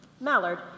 Mallard